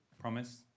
Promise